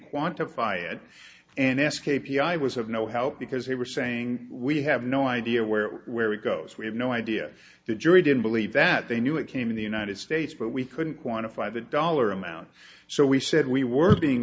quantify it and ask a p i was of no help because they were saying we have no idea where where we goes we have no idea the jury didn't believe that they knew it came to the united states but we couldn't quantify the dollar amount so we said we were being